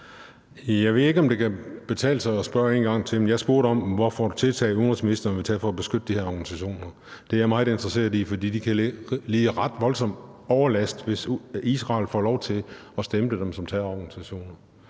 Jeg ved ikke, om det kan betale sig at spørge en gang til, men jeg spurgte, hvad for nogle tiltag udenrigsministeren vil tage for at beskytte de her organisationer. Det er jeg meget interesseret i, for de kan lide ret voldsom overlast, hvis Israel får lov til at stemple dem som terrororganisationer,